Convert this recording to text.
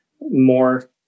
more